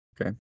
Okay